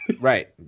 right